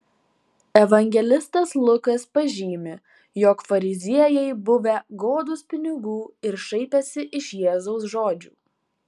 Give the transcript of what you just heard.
evangelistas lukas pažymi jog fariziejai buvę godūs pinigų ir šaipęsi iš jėzaus žodžių